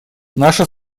наша